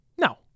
No